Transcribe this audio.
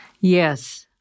Yes